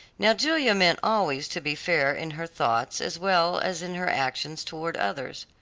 now julia meant always to be fair in her thoughts, as well as in her actions towards others.